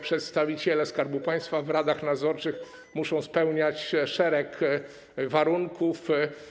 Przedstawiciele Skarbu Państwa w radach nadzorczych muszą spełniać szereg warunków.